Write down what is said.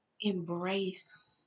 embrace